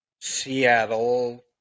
Seattle